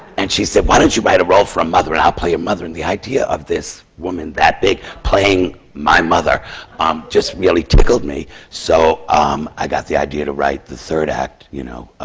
and she said, why don't you write a role for a mother, and i'll play your mother! and the idea of this woman, that big, playing my mother um just really tickled me. so um i got the idea to write the third act, you know.